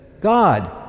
God